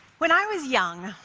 when i was young,